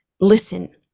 listen